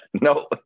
no